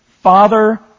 Father